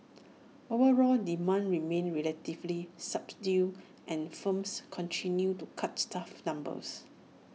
overall demand remained relatively subdued and firms continued to cut staff numbers